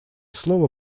слово